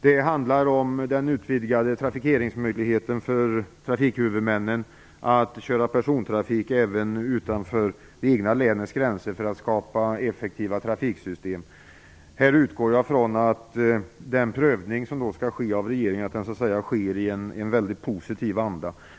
Det handlar om trafikhuvudmännens utvidgade möjlighet till trafikering så att de kan köra persontrafik även utanför det egna länets gränser för att skapa effektiva trafiksystem. Jag utgår ifrån att den prövning som regeringen skall göra sker i en väldigt positiv anda.